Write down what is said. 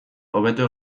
hobeto